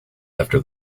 after